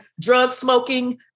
drug-smoking